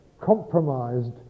compromised